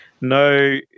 no